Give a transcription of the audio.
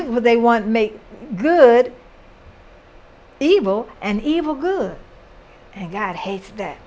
with what they want make good evil and evil good and god hates that